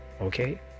Okay